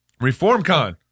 ReformCon